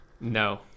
no